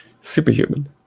superhuman